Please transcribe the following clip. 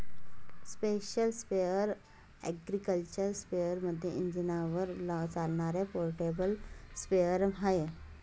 special sprayer agriculture स्पेअरमध्ये इंजिनावर चालणारे पोर्टेबल स्प्रेअर आहे